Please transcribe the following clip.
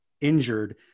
injured